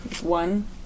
One